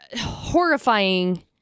horrifying